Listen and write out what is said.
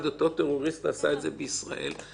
את צו הוראות הביטחון בעבירות המקבילות.